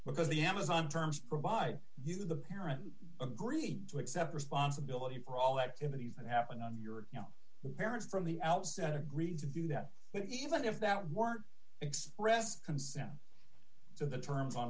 because the amazon terms provide you the parent agreed to accept responsibility for all that activity from happening on your you know the parents from the outset agreed to do that but even if that weren't expressed consent to the terms on